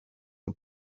the